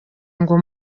ngo